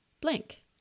blank